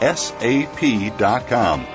sap.com